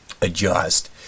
adjust